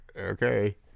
okay